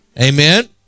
Amen